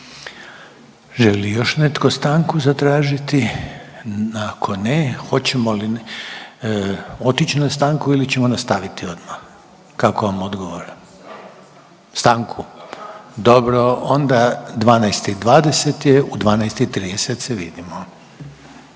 li još netko stanku zatražiti? Ako ne, hoćemo li otići na stanku ili ćemo nastaviti odma? Kako vam odgovara. Stanku? Dobro. Onda 12 i 20 je, u 12 i 30 se vidimo.